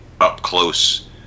up-close